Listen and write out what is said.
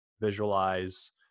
visualize